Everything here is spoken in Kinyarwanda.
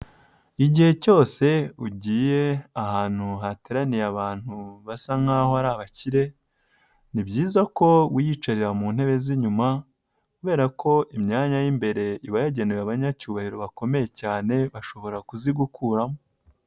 Igihe cyose ugiye ahantu hateraniye abantu basa nkaho ari abakire, ni byiza ko wiyicarira mu ntebe z'inyuma kubera ko imyanya y'imbere iba yagenewe abanyacyubahiro bakomeye cyane, bashobora kuzigukuramo.